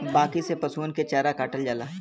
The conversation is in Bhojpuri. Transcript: बांकी से पसुअन के चारा काटल जाला